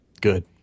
Good